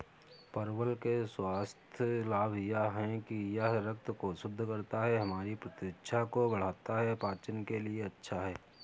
परवल के स्वास्थ्य लाभ यह हैं कि यह रक्त को शुद्ध करता है, हमारी प्रतिरक्षा को बढ़ाता है, पाचन के लिए अच्छा है